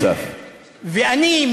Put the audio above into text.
ואני,